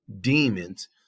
Demons